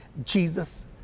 Jesus